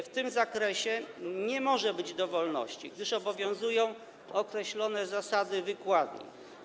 W tym zakresie nie może być dowolności, gdyż obowiązują określone zasady wykładni.